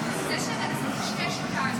זה שאתה מקשקש אותנו,